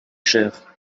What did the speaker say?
cher